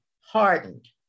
hardened